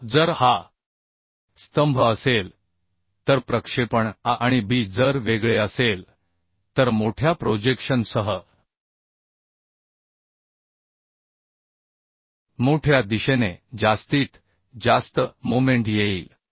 आता जर हा स्तंभ असेल तर प्रक्षेपण A आणि B जर वेगळे असेल तर मोठ्या प्रोजेक्शन सह मोठ्या दिशेने जास्तीत जास्त मोमेंट येईल